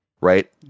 Right